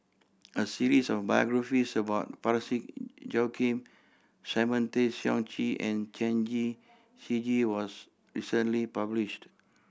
a series of biographies about Parsick Joaquim Simon Tay Seong Chee and Chen Shiji was recently published